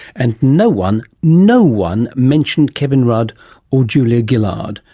and no one, no one, mentioned kevin rudd or julia gillard.